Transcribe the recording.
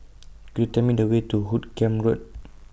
Could YOU Tell Me The Way to Hoot Kiam Road